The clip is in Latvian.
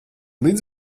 līdz